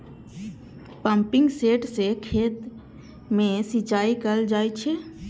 pumping set सं खेत मे सिंचाई कैल जाइ छै